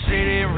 City